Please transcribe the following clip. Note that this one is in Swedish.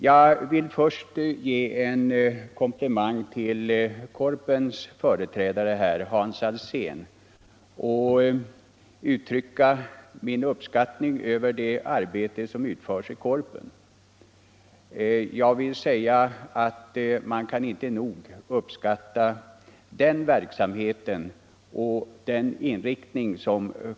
Jag vill först ge en komplimang till Korpens företrädare, herr Hans Alsén, och uttrycka min uppskattning över det arbete som utförs inom Korpen. Man kan inte nog värdera korpidrottens inriktning.